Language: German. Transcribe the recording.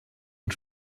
und